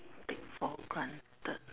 take for granted